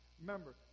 Remember